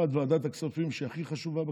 1. ועדת הכספים, שהיא הכי חשובה בכנסת,